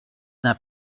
d’un